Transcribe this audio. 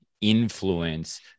influence